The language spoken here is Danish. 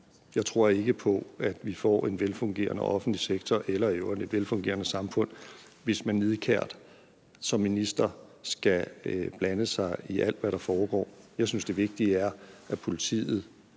Jeg tror ikke på, at vi får en velfungerende offentlig sektor eller i øvrigt et velfungerende samfund, hvis man som minister nidkært skal blande sig i alt, hvad der foregår. Jeg synes, det vigtige er, at politiet